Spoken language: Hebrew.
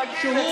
תגיד,